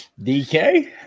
DK